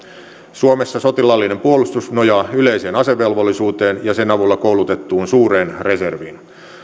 suomessa sotilaallinen puolustus nojaa yleiseen asevelvollisuuteen ja sen avulla koulutettuun suureen reserviin